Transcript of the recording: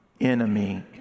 enemy